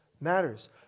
Matters